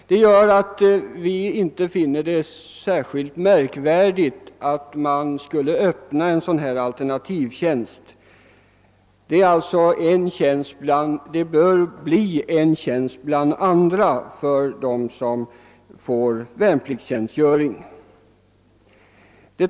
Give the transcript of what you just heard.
Detta gör att vi inte finner Ööppnandet av en alternativ tjänst särskilt märkvärdigt, eftersom denna enligt vår uppfattning bör bli en tjänst bland andra för dem som får värnpliktstjänstgöring.